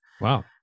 Wow